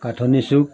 কাঠনি চুক